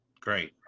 Great